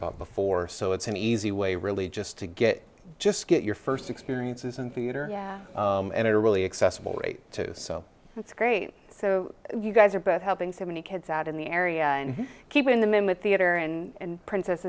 about before so it's an easy way really just to get just get your first experiences in theater and i really accessible rate so that's great so you guys are both helping so many kids out in the area and keeping them in with theater and